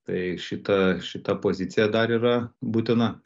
tai šita šita pozicija dar yra būtina